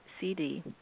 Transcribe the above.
CD